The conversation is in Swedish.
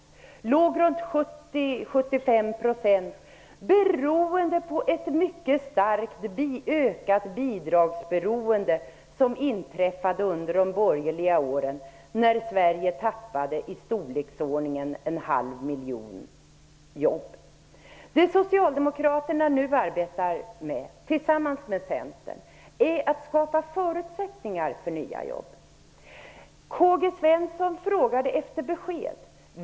Den låg runt 70, 75 % beroende på ett mycket starkt ökat bidragsberoende som inträffat under de borgerliga åren, när Sverige tappade i storleksordningen en halv miljon jobb. Det Socialdemokraterna nu arbetar med tillsammans med Centern är att skapa förutsättningar för nya jobb. K-G Svenson frågade efter besked.